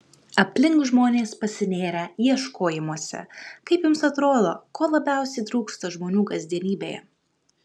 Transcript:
aplink žmonės pasinėrę ieškojimuose kaip jums atrodo ko labiausiai trūksta žmonių kasdienybėje